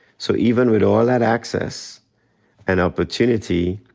so even with all that access and opportunity,